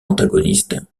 antagonistes